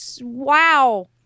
Wow